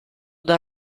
dal